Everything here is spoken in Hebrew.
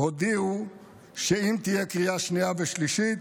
הודיעו שאם תהיה קריאה שנייה ושלישית,